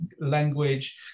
language